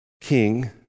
king